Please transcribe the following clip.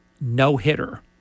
no-hitter